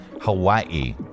Hawaii